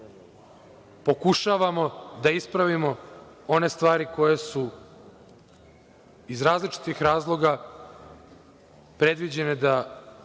pokušavamo da ispravimo one stvari koje su iz različitih razloga predviđene